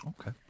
Okay